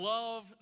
Love